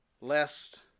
lest